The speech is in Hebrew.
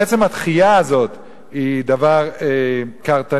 עצם הדחייה הזאת היא דבר קרתני.